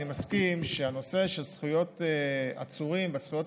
אני מסכים שהנושא של זכויות עצורים וזכויות